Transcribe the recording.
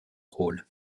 rôles